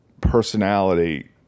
personality